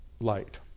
light